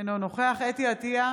אינו נוכח חוה אתי עטייה,